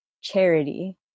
charity